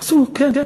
עשו, כן.